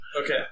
Okay